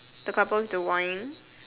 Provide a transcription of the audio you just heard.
the couple with the wine